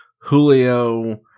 Julio